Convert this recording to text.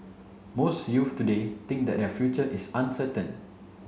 most youth today think that their future is uncertain